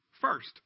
first